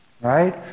Right